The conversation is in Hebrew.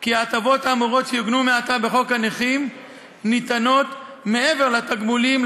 כי ההטבות האמורות שיעוגנו מעתה בחוק הנכים ניתנות מעבר לתגמולים,